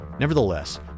Nevertheless